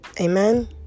Amen